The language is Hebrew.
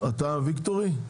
אתה ויקטורי?